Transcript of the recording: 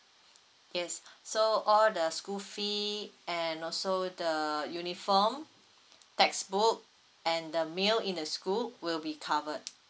yes so all the school fee and also the uniform text book and the meal in the school will be covered